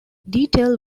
detail